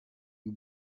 you